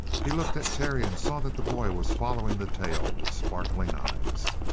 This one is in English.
he looked at terry and saw that the boy was following the tale with sparkling eyes.